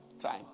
time